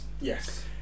Yes